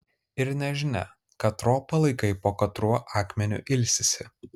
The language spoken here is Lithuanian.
ir nežinia katro palaikai po katruo akmeniu ilsisi